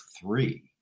three